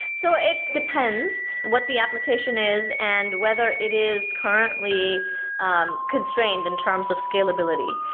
so it depends what the application is and whether it is currently um constrained in terms of scalability.